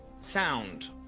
sound